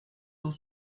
aux